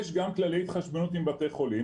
יש גם כללי התחשבנות עם בתי חולים,